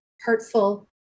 hurtful